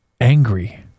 angry